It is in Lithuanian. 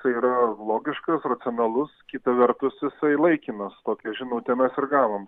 tai yra logiškas racionalus kita vertus jisai laikinas tokią žinutę mes ir gavom